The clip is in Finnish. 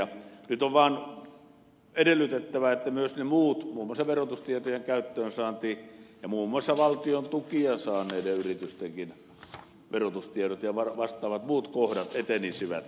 nyt on vaan edellytettävä että myös ne muut muun muassa verotustietojen käyttöönsaanti ja muun muassa valtion tukia saaneiden yritystenkin verotustiedot ja vastaavat muut kohdat etenisivät